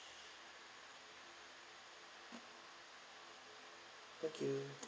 okay